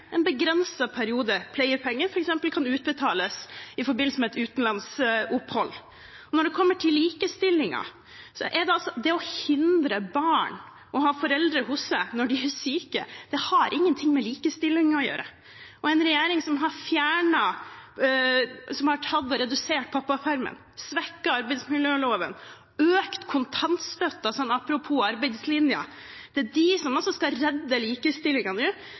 en begrenset periode, pleiepenger kan utbetales, f.eks. i forbindelse med et utenlandsopphold. Når det kommer til likestilling, har det å hindre barn i å ha foreldrene hos seg når de er syke, ingenting med likestilling å gjøre. Og en regjering som har redusert pappapermen, svekket arbeidsmiljøloven, økt kontantstøtten – apropos arbeidslinjen – er altså de som skal redde likestillingen ved å sørge for at foreldre til 200 syke barn må gå på jobb. Det er i